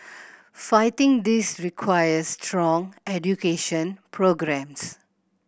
fighting this requires strong education programmes